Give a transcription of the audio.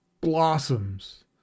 blossoms